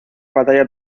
batalla